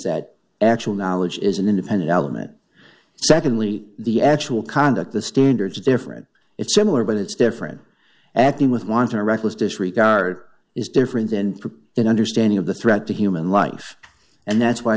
that actual knowledge is an independent element secondly the actual conduct the standards are different it's similar but it's different acting with wanting a reckless disregard is different and an understanding of the threat to human life and that's why